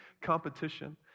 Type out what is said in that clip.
competition